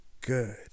good